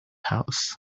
house